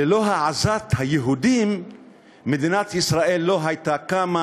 ללא העזת היהודים מדינת ישראל לא הייתה קמה,